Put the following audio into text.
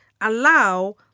allow